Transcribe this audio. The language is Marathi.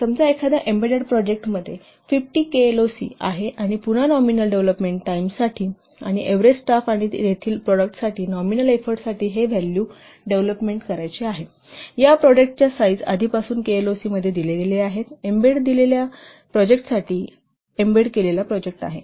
समजा एखाद्या एम्बेडेड प्रोजेक्टमध्ये 50 केएलओसी आहे आणि पुन्हा नॉमिनल डेव्हलोपमेन्ट टाईम साठी आणि एव्हरेज स्टाफ आणि येथील प्रॉडक्ट यांच्या नॉमिनल एफोर्टसाठी हे व्हॅल्यू डेव्हलपमेंट करायचे आहे या प्रॉडक्टच्या साईज आधीपासूनच केएलओसी दिले गेले आहे आणि एम्बेडेड केलेल्या प्रोजेक्टसाठी एम्बेडेड प्रोजेक्ट आहे